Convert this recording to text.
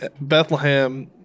Bethlehem